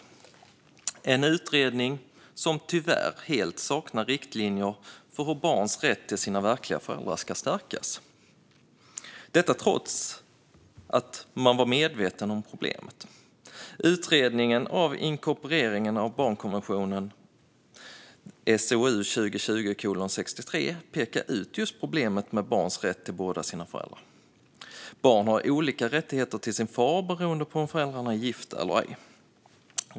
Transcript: Det är en utredning som tyvärr helt saknar riktlinjer för hur barns rätt till sina verkliga föräldrar ska stärkas, detta trots att man var medveten om problemet. Utredningen av inkorporeringen av barnkonventionen pekade ut just problemet med barns rätt till båda sina föräldrar. Barn har olika rättigheter till sin far, beroende på om föräldrarna är gifta eller ej.